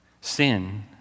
sin